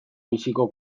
biziko